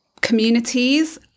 communities